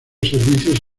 servicios